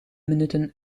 minuten